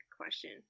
question